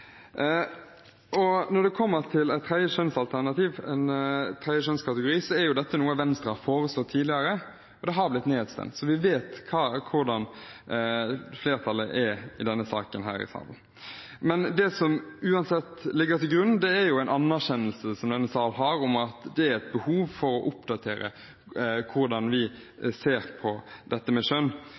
Når det gjelder en tredje kjønnskategori, er dette noe Venstre har foreslått tidligere – det har blitt nedstemt, så vi vet hvordan flertallet er i denne saken. Det som uansett ligger til grunn, er en anerkjennelse som denne sal har, om at det er et behov for å oppdatere hvordan vi ser på